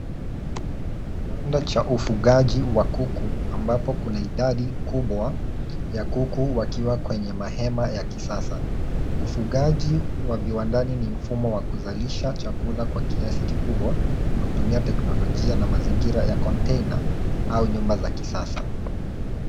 Kiwanda cha ufugaji wa kuku ambapo kuna idadi kubwa ya kuku wakiwa kwenye mahema ya kisasa. Ufugaji wa viwandani ni mfumo wa kuzalisha chakula kwa kiasi kikubwa kwa kutumia teknolojia na mazingira ya kontena au nyumba za kisasa.